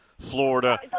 florida